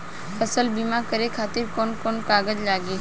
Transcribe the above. फसल बीमा करे खातिर कवन कवन कागज लागी?